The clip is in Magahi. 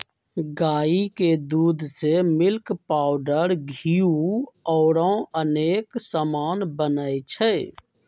गाई के दूध से मिल्क पाउडर घीउ औरो अनेक समान बनै छइ